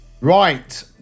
Right